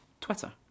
Twitter